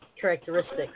characteristics